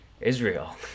Israel